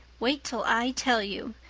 wait till i tell you.